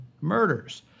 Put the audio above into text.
murders